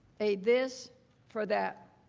a this for that.